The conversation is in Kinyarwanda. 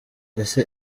ese